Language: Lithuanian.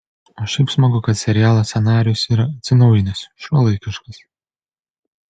o šiaip smagu kad serialo scenarijus yra atsinaujinęs šiuolaikiškas